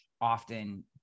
often